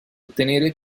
ottenere